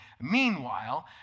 Meanwhile